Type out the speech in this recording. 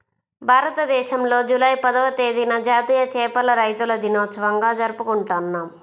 భారతదేశంలో జూలై పదవ తేదీన జాతీయ చేపల రైతుల దినోత్సవంగా జరుపుకుంటున్నాం